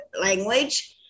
language